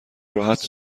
راحت